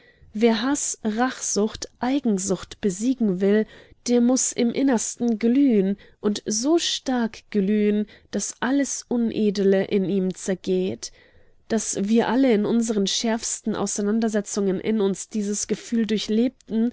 wer haß rachsucht eigensucht besiegen will der muß im innersten glühen und so stark glühen daß alles unedle in ihm zergeht daß wir alle in unsern schärfsten auseinandersetzungen in uns dieses gefühl durchlebten